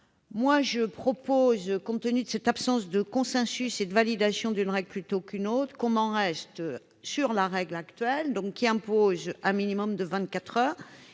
association. Compte tenu de cette absence de consensus sur la validation d'une règle plutôt qu'une autre, je propose d'en rester à la règle actuelle, qui impose un minimum de 24 heures.